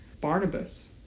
Barnabas